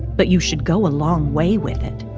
but you should go a long way with it